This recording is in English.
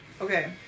Okay